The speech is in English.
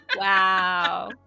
wow